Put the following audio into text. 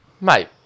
Mate